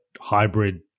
hybrid